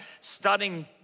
studying